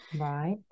Right